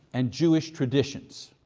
and jewish traditions.